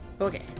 Okay